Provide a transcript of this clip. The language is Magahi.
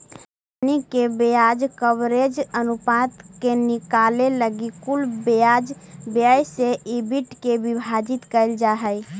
कंपनी के ब्याज कवरेज अनुपात के निकाले लगी कुल ब्याज व्यय से ईबिट के विभाजित कईल जा हई